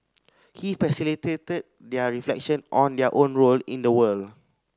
he facilitated their reflection on their own role in the world